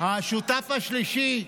השותף השלישי,